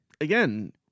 again